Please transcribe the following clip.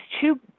two